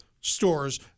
stores